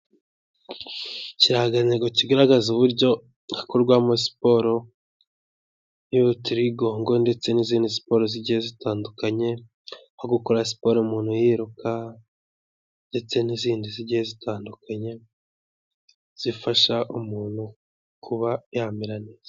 Ikirangantego kigaragaza uburyo hakorwamo siporo y'urutirigongo ndetse n'izindi siporo zigiye zitandukanye, nko gukora siporo umuntu yiruka ndetse n'izindi zigiye zitandukanye, zifasha umuntu kuba yamera neza.